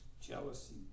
Jealousy